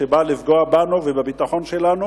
שבא לפגוע בנו ובביטחון שלנו,